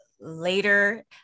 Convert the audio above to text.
later